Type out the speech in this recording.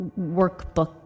workbook